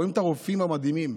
רואים את הרופאים המדהימים,